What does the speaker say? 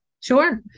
Sure